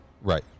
Right